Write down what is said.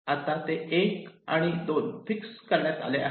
आता ते 1 आणि 2 फिक्स करण्यात आले आहे